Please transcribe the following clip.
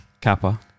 Kappa